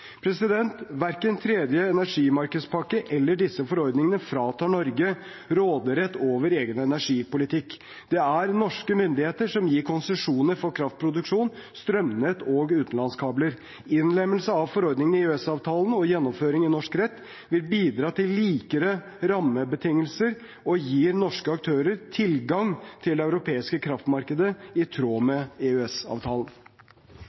Verken tredje energimarkedspakke eller disse forordningene fratar Norge råderett over egen energipolitikk. Det er norske myndigheter som gir konsesjoner for kraftproduksjon, strømnett og utenlandskabler. Innlemmelse av forordningene i EØS-avtalen og gjennomføring i norsk rett vil bidra til likere rammebetingelser og gir norske aktører tilgang til det europeiske kraftmarkedet, i tråd